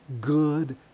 good